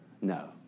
No